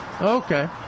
Okay